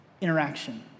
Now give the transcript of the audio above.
interaction